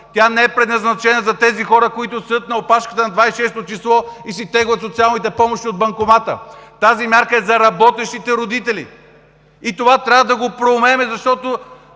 Тя не е предназначена за тези, които стоят на опашката на 26-о число на месеца и си теглят социалните помощи от банкомата. Тази мярка е за работещите родители. Трябва да проумеем това, защото